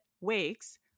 wakes